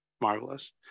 Marvelous